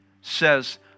says